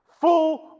full